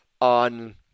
on